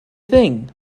thing